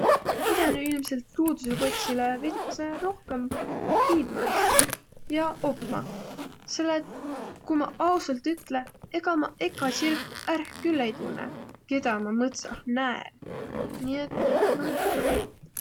Ma pidänüq ilmselt luudusõ kotsilõ veidüse rohkõmb tiidmä asjo ja opma, selle et ku ma ausat ütle, ega ma ekä tsirku ärq külh ei tunnõq, kedä ma mõtsah näe. Nii et om kurb.